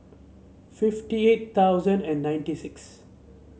fifty eight thousand and ninety six